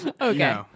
Okay